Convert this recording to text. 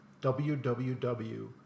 WWW